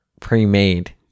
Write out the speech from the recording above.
pre-made